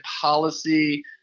policy